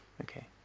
Okay